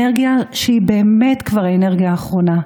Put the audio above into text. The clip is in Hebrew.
אנרגיה שהיא באמת כבר האנרגיה האחרונה?